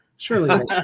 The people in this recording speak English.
Surely